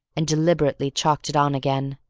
and deliberately chalked it on again,